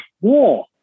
war